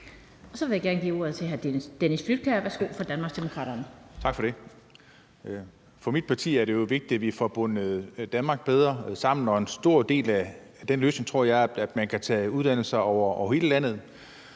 Så vil jeg gerne give ordet til hr. Dennis Flydtkjær fra Danmarksdemokraterne. Værsgo. Kl. 17:01 Dennis Flydtkjær (DD): Tak for det. For mit parti er det jo vigtigt, at vi får bundet Danmark bedre sammen, og en stor del af den løsning tror jeg er, at man kan tage uddannelser over hele landet.